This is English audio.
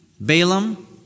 Balaam